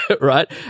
Right